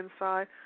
inside